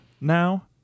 now